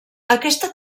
aquesta